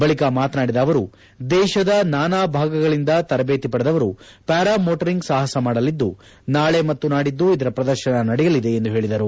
ಬಳಿಕ ಮಾತನಾಡಿದ ಅವರು ದೇಶದ ನಾನಾ ಭಾಗಗಳಿಂದ ತರಬೇತಿ ಪಡೆದವರು ಪ್ನಾರಮೋಟರಿಂಗ್ ಸಾಹಸ ಮಾಡಲಿದ್ದು ನಾಳೆ ಮತ್ತು ನಾಡಿದ್ದು ಇದರ ಪ್ರದರ್ಶನ ನಡೆಯಲಿದೆ ಎಂದು ಹೇಳಿದರು